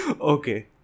Okay